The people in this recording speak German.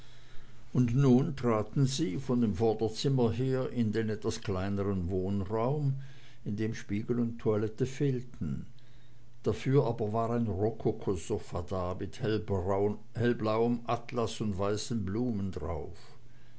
und nun traten sie von dem vorderzimmer her in den etwas kleineren wohnraum in dem spiegel und toilette fehlten dafür aber war ein rokokosofa da mit hellblauem atlas und weißen blumen darauf